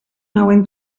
nauen